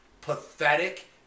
Pathetic